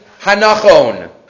Hanachon